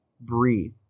breathe